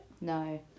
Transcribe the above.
no